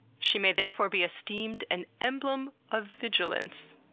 she may therefore be esteemed an emblem of vigilance.